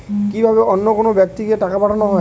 কি ভাবে অন্য কোনো ব্যাক্তিকে টাকা পাঠানো হয়?